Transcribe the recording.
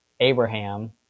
Abraham